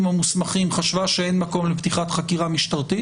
המוסמכים חשבה שאין מקום לפתיחת חקירה משטרתית,